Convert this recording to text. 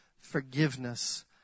forgiveness